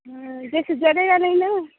जैसे जलेगा नहीं न